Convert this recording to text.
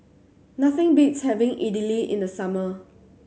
nothing beats having Idili in the summer